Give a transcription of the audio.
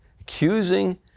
accusing